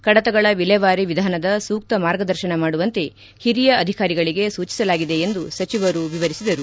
ಕಡತಗಳ ವಿಲೇವಾರಿ ವಿಧಾನದ ಸೂಕ್ತ ಮಾರ್ಗದರ್ಶನ ಮಾಡುವಂತೆ ಹಿರಿಯ ಅಧಿಕಾರಿಗಳಿಗೆ ಸೂಚಿಸಲಾಗಿದೆ ಎಂದು ಸಚಿವರು ವಿವರಿಸಿದರು